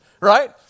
right